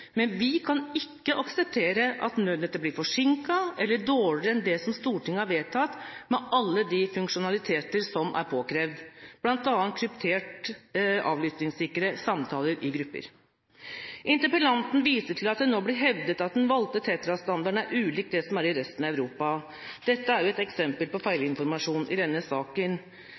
men vi kan ikke akseptere at nødnettet blir forsinket eller dårligere enn det som Stortinget har vedtatt, med alle de funksjonaliteter som er påkrevd, bl.a. krypterte avlyttingssikre samtaler i grupper. Interpellanten viser til at det nå blir hevdet at den valgte TETRA-standarden er ulik den som er i resten av Europa. Dette er et eksempel på feilinformasjon i denne saken.